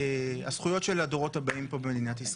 הזכויות של הדורות הבאים פה במדינת ישראל?